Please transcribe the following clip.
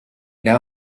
now